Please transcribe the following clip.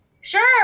Sure